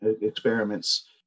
experiments